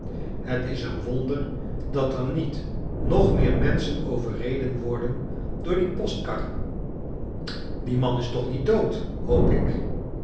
het is een wonder dat er niet nog meer mens chen overreden worden door die postkarren dic man is toch niet dood hoop ik